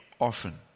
often